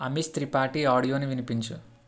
Amish Tripathi audio ను వినిపించు